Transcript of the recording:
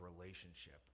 relationship